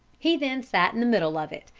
he then sat in the middle of it,